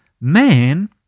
Man